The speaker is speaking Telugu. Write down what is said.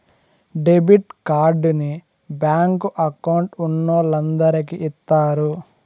డెబిట్ కార్డుని బ్యాంకు అకౌంట్ ఉన్నోలందరికి ఇత్తారు